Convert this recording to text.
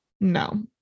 No